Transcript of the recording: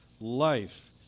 life